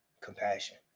compassion